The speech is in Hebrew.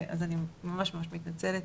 אז אני ממש מתנצלת,